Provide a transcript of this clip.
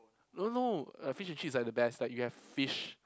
no no uh fish and chips is like the best like you have fish